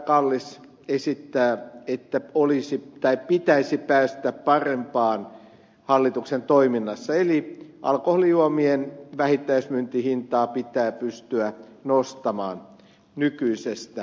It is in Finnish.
kallis esittää että pitäisi päästä parempaan hallituksen toiminnassa eli alkoholijuomien vähittäismyyntihintaa pitää pystyä nostamaan nykyisestä